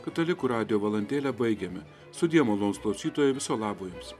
katalikų radijo valandėlę baigėme sudie malonūs klausytojai viso labo jums